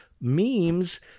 memes